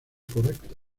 correcta